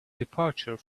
departure